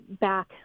back